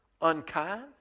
unkind